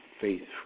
faithful